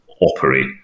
operate